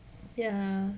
ya